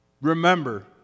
remember